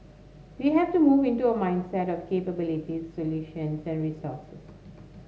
we have to move into a mindset of capabilities solutions and resources